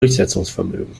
durchsetzungsvermögen